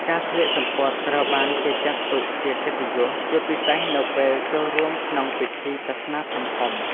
ការស្លៀកសំពត់ត្រូវបានគេចាត់ទុកជាកិត្តិយស ជាពិសេសនៅពេលចូលរួមក្នុងពិធីសាសនាធំៗ។